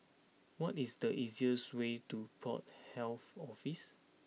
what is the easiest way to Port Health Office